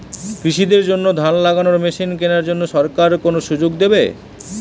কৃষি দের জন্য ধান লাগানোর মেশিন কেনার জন্য সরকার কোন সুযোগ দেবে?